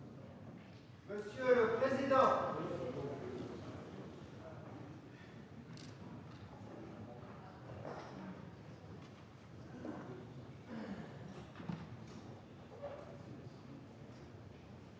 monsieur le président.